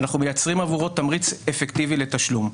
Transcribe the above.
אנחנו מייצרים עבורו תמריץ אפקטיבי לתשלום.